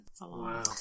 Wow